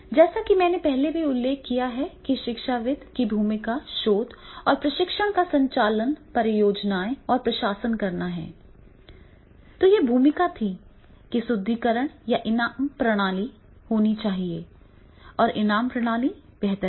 जैसा कि मैंने पहले उल्लेख किया है कि शिक्षाविद की भूमिका शोध और प्रशिक्षण का संचालन परियोजनाएं और प्रशासन करना है तो यह भूमिका थी कि सुदृढीकरण या इनाम प्रणाली होनी चाहिए और इनाम प्रणाली बेहतर है